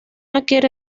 adquiere